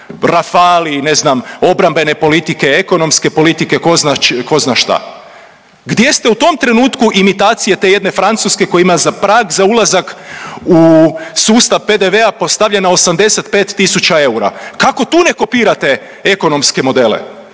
Rafali, ne znam, obrambene politike, ekonomske politike ko zna šta. Gdje ste u tom trenutku imitacije te jedne Francuske koja ima za prag za ulazak u sustav PDV-a postavljen na 85.000 eura kako tu ne kopirate ekonomske modele